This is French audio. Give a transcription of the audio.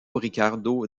ricardo